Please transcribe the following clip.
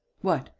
what!